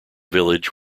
village